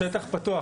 מה עם שטח פתוח?